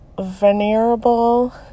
venerable